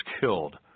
killed